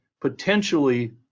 potentially